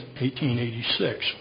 1886